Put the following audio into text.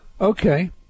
Okay